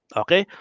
okay